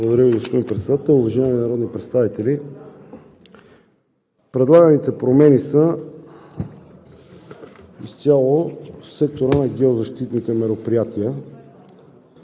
Благодаря Ви, господин Председател. Уважаеми народни представители! Предлаганите промени са изцяло в сектора на геозащитните мероприятия.